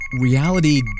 Reality